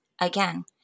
Again